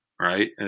right